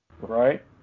right